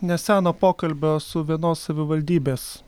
neseno pokalbio su vienos savivaldybės